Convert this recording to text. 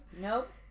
Nope